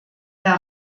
der